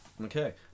Okay